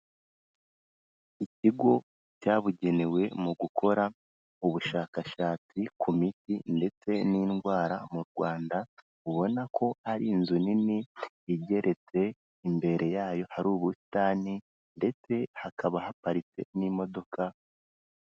Ikigo cyabugenewe mu gukora ubushakashatsi ku miti ndetse n'indwara mu Rwanda, ubona ko ari inzu nini igereyetse imbere yayo hari ubusitani, ndetse imbere yayo hakaba haparitse n'imodoka.